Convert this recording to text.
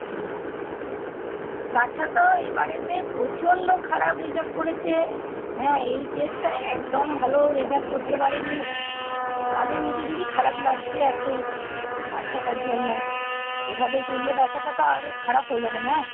হুম বাচ্চা তো এবারেতে প্রচণ্ড খারাপ রেজাল্ট করেছে হ্যাঁ এই টেস্টটায় একদম ভালো রেজাল্ট করতে পারেনি আমাদের নিজেদেরই খারাপ লাগছে এত বাচ্চাটার জন্য এভাবে চললে বাচ্চাটা তো আরও খারাপ হয়ে যাবে না